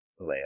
Leia